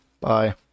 bye